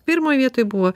pirmoj vietoj buvo